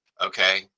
okay